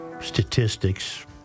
statistics